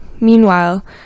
Meanwhile